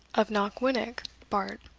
of knockwinnock, bart.